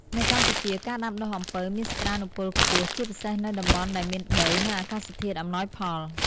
នៅកម្ពុជា ការដាំដុះអំពៅមានសក្តានុពលខ្ពស់ ជាពិសេសនៅតំបន់ដែលមានដី និងអាកាសធាតុអំណោយផល។